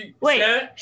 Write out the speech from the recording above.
Wait